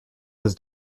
his